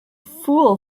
fool